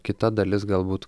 kita dalis galbūt